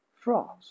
Frost